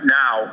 now